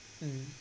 mm